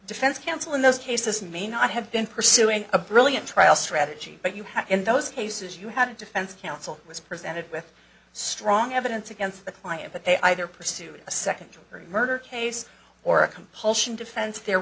defense counsel in those cases may not have been pursuing a brilliant trial strategy but you have in those cases you had a defense counsel was presented with strong evidence against the client but they either pursued a second degree murder case or a compulsion defense there